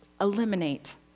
eliminate